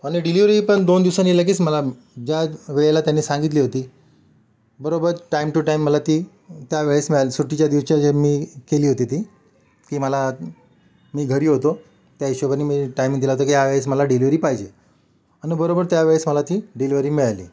आणि डिलिव्हरी पण दोन दिवसांनी लगेच मला ज्या वेळेला त्यांनी सांगितली होती बरोबर टायम टू टायम मला ती त्यावेळेस मिळाली सुट्टीच्या दिवशी जी मी केली होती ती की मला मी घरी होतो त्या हिशोबाने मी टायमिंग दिला होता की यावेळेस मला डिलिव्हरी पाहिजे आणि बरोबर त्यावेळेस मला ती डिलिव्हरी मिळाली